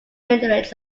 minarets